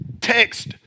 text